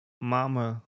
mama